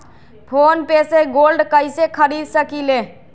Phone पे से gold कईसे खरीद सकीले?